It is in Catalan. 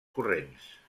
corrents